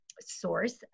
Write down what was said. source